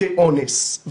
תיקי אונס,